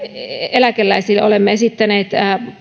eläkeläisille olemme esittäneet